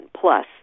plus